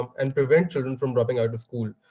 um and prevent children from dropping out of school?